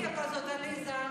אל תהיי כזאת, עליזה.